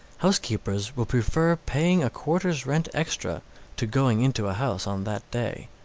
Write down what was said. housekeepers will prefer paying a quarter's rent extra to going into a house on that day.